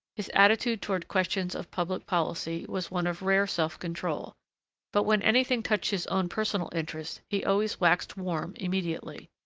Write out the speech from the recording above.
his attitude toward questions of public policy was one of rare self-control but when anything touched his own personal interests he always waxed warm immediately.